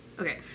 Okay